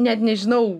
net nežinau